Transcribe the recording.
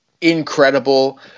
incredible